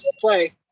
play